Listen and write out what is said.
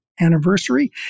anniversary